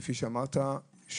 כפי שאמרת,